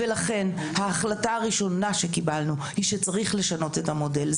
ולכן ההחלטה הראשונה שקיבלנו היא שצריך לשנות את המודל.